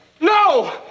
No